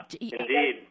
indeed